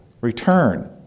return